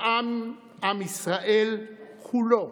עם ישראל כולו.